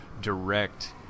direct